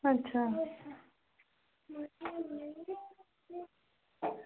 अच्छा